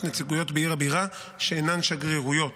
נציגויות בעיר הבירה שאינן שגרירויות.